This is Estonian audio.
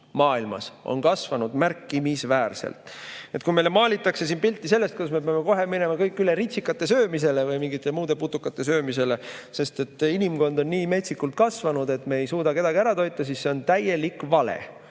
maailmas on kasvanud märkimisväärselt. Nii et kui meile maalitakse siin pilti sellest, kuidas me kõik peame kohe minema üle ritsikate söömisele või mingite muude putukate söömisele, sest inimkond on nii metsikult kasvanud, et me ei suuda kedagi ära toita, siis see on täielik vale.